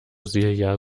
silja